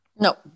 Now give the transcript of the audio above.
No